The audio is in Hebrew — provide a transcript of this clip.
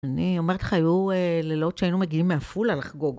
אני אומרת לך, היו לילות שהיינו מגיעים מעפולה לחגוג.